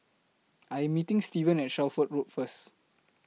I Am meeting Stevan At Shelford Road First